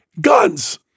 Guns